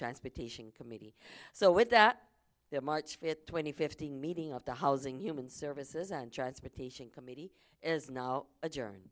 transportation committee so with that the march fifth twenty fifteen meeting of the housing human services and transportation committee is now adjourn